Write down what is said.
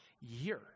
year